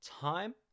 time